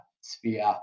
sphere